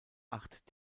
acht